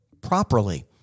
properly